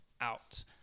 out